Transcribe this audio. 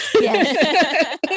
Yes